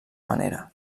manera